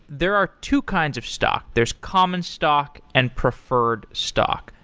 there are two kinds of stock there's common stock, and preferred stock.